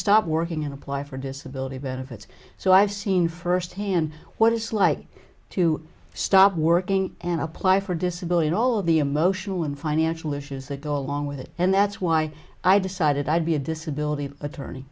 stop working and apply for disability benefits so i've seen firsthand what it's like to stop working and apply for disability and all of the emotional and financial issues that go along with it and that's why i decided i'd be a disability attorney